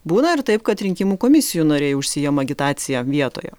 būna ir taip kad rinkimų komisijų nariai užsiima agitacija vietoje